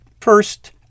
First